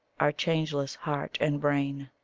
our changeless heart and brain.